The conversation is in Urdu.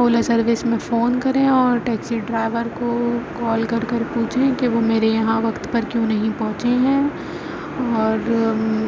اولا سروس میں فون کریں اور ٹیکسی ڈرائیور کو کال کر کر پوچھیں کہ وہ میرے یہاں وقت پر کیوں نہیں پہنچے ہیں اور